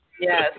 Yes